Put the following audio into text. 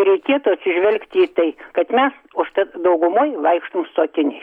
reikėtų atsižvelgti į tai kad mes užtat daugumoj vaikštom su akiniais